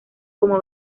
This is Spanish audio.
como